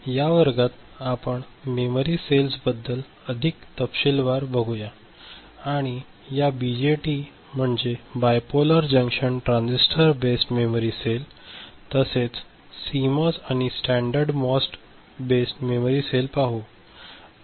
या वर्गात आपण मेमरी सेल्सबद्दल अधिक तपशीलवार बघूया आणि या बीजेटी म्हणजे bipolar junction transistor based memory cell तसेच सीमॉस आणि standard MOS based memory cell पाहू